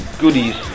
goodies